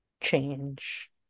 change